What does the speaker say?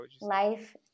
Life